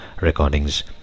recordings